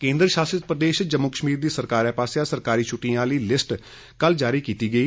केन्द्र शासित प्रदेश जम्मू कश्मीर दी सरकारै पास्सेआ सरकारी छूट्टिएं आली लिस्ट कल जारी कीती गेई